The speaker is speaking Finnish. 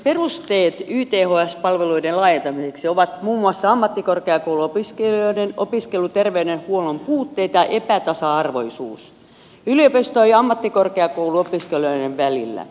perusteet yths palveluiden laajentamiseksi ovat muun muassa ammattikorkeakouluopiskelijoiden opiskelijaterveydenhuollon puutteet ja epätasa arvoisuus yliopisto ja ammattikorkeakouluopiskelijoiden välillä